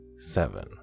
Seven